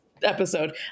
Episode